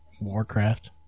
Warcraft